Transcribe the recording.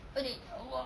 !aduh! ya allah